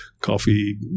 coffee